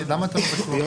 למה אתה לא בטוח?